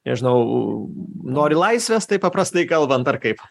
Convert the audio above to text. nežinau nori laisvės taip paprastai kalbant ar kaip